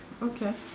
okay